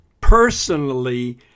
personally